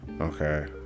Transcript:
Okay